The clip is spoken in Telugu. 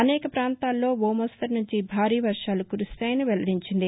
అనేక ప్రాంతాల్లో ఓ మోస్తరు నుంచి భారీ వర్టాలు కురుస్తాయని వెల్లడించది